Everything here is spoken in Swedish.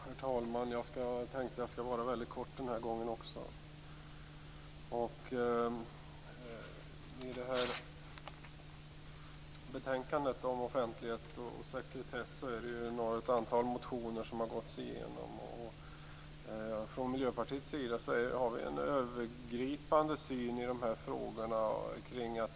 Herr talman! Jag tänkte att jag också denna gång skulle fatta mig kort. I detta betänkande om offentlighet och sekretess har ett antal motioner behandlats. Från Miljöpartiets sida har vi en övergripande syn i de här frågorna.